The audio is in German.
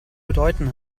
bedeuten